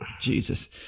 Jesus